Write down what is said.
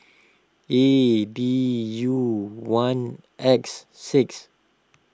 A D U one X six